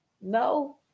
No